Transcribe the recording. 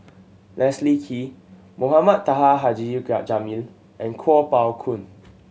Leslie Kee Mohamed Taha Haji Jamil and Kuo Pao Kun